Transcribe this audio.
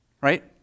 right